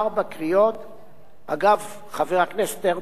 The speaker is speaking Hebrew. אגב, חבר הכנסת הרצוג, לא 80,